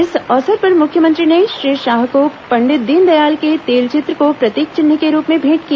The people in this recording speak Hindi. इस अवसर पर मुख्यमंत्री ने श्री शाह को पंडित दीनदयाल के तेलचित्र को प्रतीक चिन्ह के रूप में भेंट किया